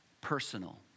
personal